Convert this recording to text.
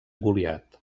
goliat